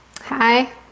Hi